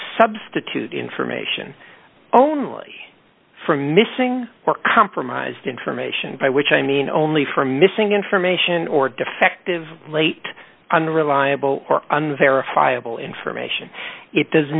substitute information only for missing or compromised information by which i mean only for missing information or defective late unreliable or on verifiable information it does